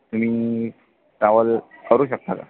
तुम्ही ट्रॅवल करू शकता का